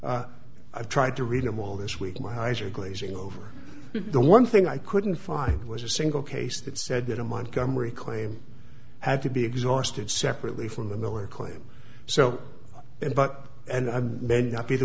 i've tried to read them all this week my eyes are glazing over the one thing i couldn't find was a single case that said that in montgomery claim had to be exhausted separately from the miller claim so in but and i'm may not be the